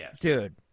Dude